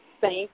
Thank